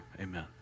amen